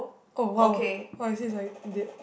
oh !wow! why is this like dead